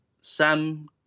Sam